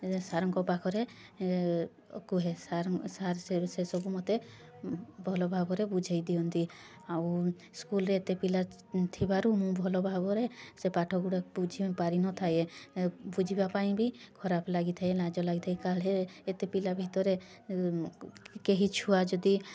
ସେ ସାର୍ଙ୍କ ପାଖରେ କହେ ସାର୍ ସାର୍ ସେ ବିଷୟରେ ସବୁ ମୋତେ ଭଲ ଭାବରେ ବୁଝେଇ ଦିଅନ୍ତି ଆଉ ସ୍କୁଲ୍ରେ ଏତେ ପିଲାଥିବାରୁ ମୁଁ ଭଲ ଭାବରେ ସେ ପାଠ ଗୁଡ଼ାକ ବୁଝି ପାରିନଥାଏ ବୁଝିବା ପାଇଁ ବି ଖରାପ ଲାଗିଥାଏ ଲାଜ ଲାଗିଥାଏ କାଳେ ଏତେ ପିଲା ଭିତରେ କେହି ଛୁଆ ଯଦି